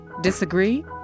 Disagree